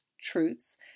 truths